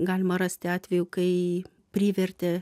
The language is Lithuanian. galima rasti atvejų kai privertė